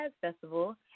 Festival